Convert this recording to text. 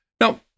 Now